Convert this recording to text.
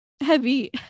heavy